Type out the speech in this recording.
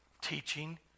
teaching